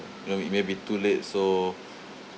you know it may be too late so